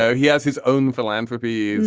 so he has his own philanthropy.